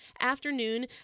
Afternoon